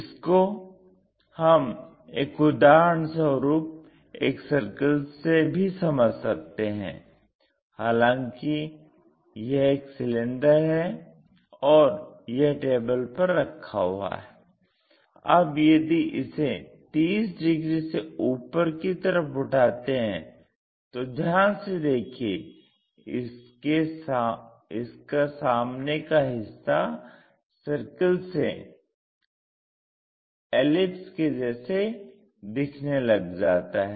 इसको हम एक उदाहरण स्वरूप एक सर्किल से भी समझ सकते हैं हालांकि यह एक सिलेंडर है और यह टेबल पर रखा हुआ है अब यदि इसे 30 डिग्री से ऊपर की तरफ उठाते हैं तो ध्यान से देखिये इसका सामने का हिस्सा सर्किल से एलिप्टिकल के जैसे दिखने लग जाता है